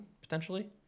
potentially